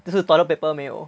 就是 toilet paper 没有